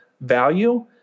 value